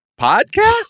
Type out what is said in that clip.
podcast